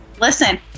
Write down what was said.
Listen